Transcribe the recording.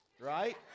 right